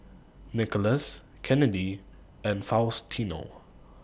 Nikolas Kennedi and Faustino